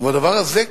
ובדבר הזה,